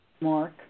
mark